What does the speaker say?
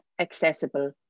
accessible